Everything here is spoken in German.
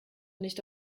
nicht